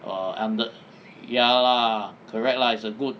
err and the ya lah correct lah is a good